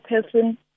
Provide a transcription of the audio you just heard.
person